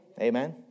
Amen